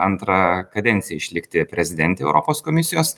antrą kadenciją išlikti prezidentė europos komisijos